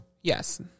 yes